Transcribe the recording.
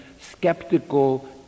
skeptical